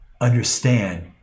understand